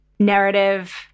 narrative